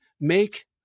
make